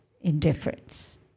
indifference